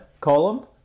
column